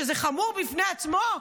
שזה חמור בפני עצמו,